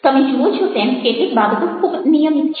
તમે જુઓ છો તેમ કેટલીક બાબતો ખૂબ નિયમિત છે